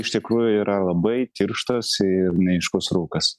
iš tikrųjų yra labai tirštas ir neaiškus rūkas